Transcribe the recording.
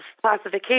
classification